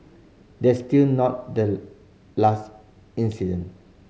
that's still not the last incident